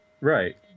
Right